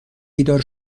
بیدار